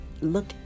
Look